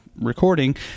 recording